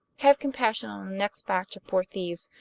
have compassion on the next batch of poor thieves,